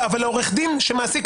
לעורך דין שמעסיק.